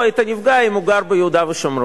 את הנפגע אם הוא גר ביהודה ושומרון?